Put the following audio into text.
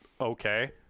Okay